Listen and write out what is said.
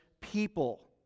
people